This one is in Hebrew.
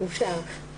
אושר.